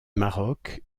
maroc